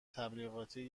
تبلیغاتی